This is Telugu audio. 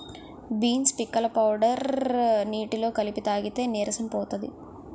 బీన్స్ పిక్కల పౌడర్ నీటిలో కలిపి తాగితే నీరసం పోతది